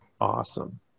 Awesome